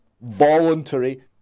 voluntary